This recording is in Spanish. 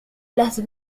las